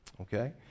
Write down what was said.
Okay